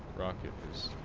rocket is